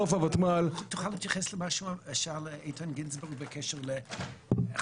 תוכל להתייחס למה ששאל איתן גינזבורג בקשר לחרדים,